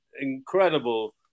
incredible